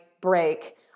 break